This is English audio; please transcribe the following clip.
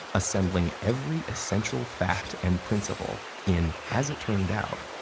assembling every essential fact and principle in, as it turned out,